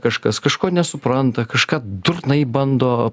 kažkas kažko nesupranta kažką durnai bando